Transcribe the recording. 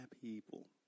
people